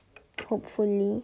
hopefully